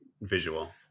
visual